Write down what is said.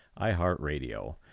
iHeartRadio